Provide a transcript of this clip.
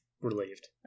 relieved